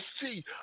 see